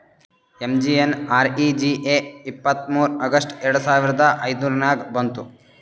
MGNREGA ಇಪ್ಪತ್ತ್ಮೂರ್ August ಎರಡು ಸಾವಿರದ ಐಯ್ದುರ್ನಾಗ್ ಬಂತು